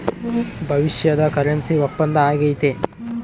ಭವಿಷ್ಯದ ಕರೆನ್ಸಿ ಒಪ್ಪಂದ ಆಗೈತೆ